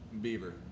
beaver